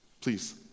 Please